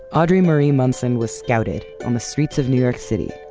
audrey marie munson was scouted on the streets of new york city,